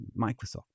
Microsoft